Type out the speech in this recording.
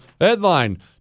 Headline